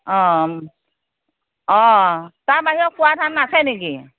অ অ তাৰ বাহিৰেও খোৱা ধান আছে নেকি